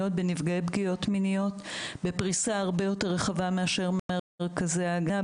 בנפגעי פגיעות מיניות בפריסה הרבה יותר רחבה מאשר מרכזי ההגנה,